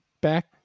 back